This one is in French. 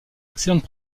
excellente